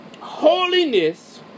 Holiness